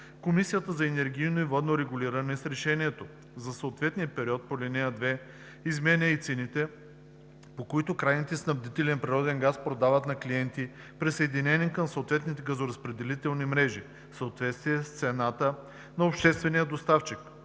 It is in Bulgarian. Комисията за енергийно и водно регулиране с решението за съответния период по ал. 2 изменя и цените, по които крайните снабдители на природен газ продават на клиенти, присъединени към съответните газоразпределителни мрежи, в съответствие с цената на обществения доставчик,